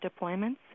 deployments